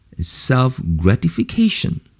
self-gratification